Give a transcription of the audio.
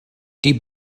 die